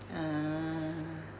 a'ah